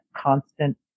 constant